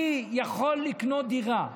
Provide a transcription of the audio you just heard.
אני יכול לקנות דירה,